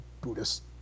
Buddhist